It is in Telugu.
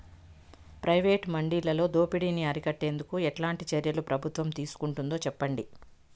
ప్రైవేటు మండీలలో దోపిడీ ని అరికట్టేందుకు ఎట్లాంటి చర్యలు ప్రభుత్వం తీసుకుంటుందో చెప్పండి?